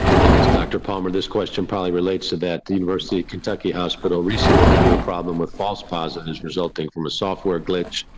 i guess. dr palmer, this question probably relates to that the university of kentucky hospital recently, or into a problem with false positives resulting from a software glitch.